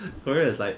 korea is like